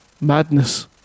madness